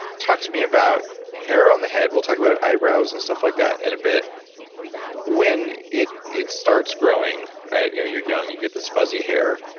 talk to me about hair on the head. we'll talk about eyebrows and stuff like that in a bit when it it starts growing, you're you're young, you get this fuzzy hair.